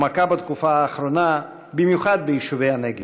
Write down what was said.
ומכה בתקופה האחרונה במיוחד ביישובי הנגב.